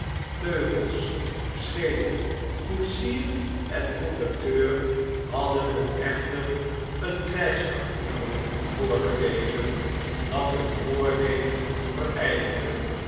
teugels zweep koetsier enconducteur hadden hun echter een krijgsartikel voorgelezen dat hun voornemen verijdelde